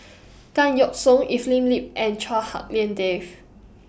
Tan Yeok Seong Evelyn Lip and Chua Hak Lien Dave